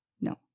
No